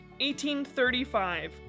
1835